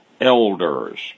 elders